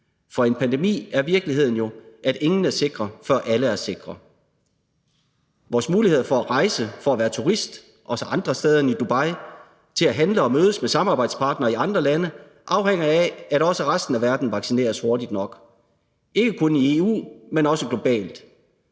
For i en pandemi er virkeligheden jo, at ingen er sikre, før alle er sikre. Vores muligheder for at rejse, for at være turist, også andre steder end i Dubai, til at handle og mødes med samarbejdspartnere i andre lande afhænger af, at også resten af verden vaccineres hurtigt nok – ikke kun i EU, men også globalt.